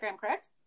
correct